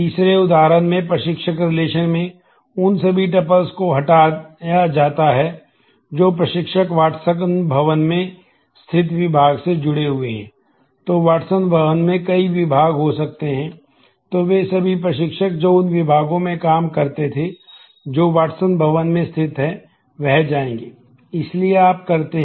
तीसरे उदाहरण में प्रशिक्षक रिलेशन का उपयोग कर रहे हैं